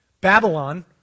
Babylon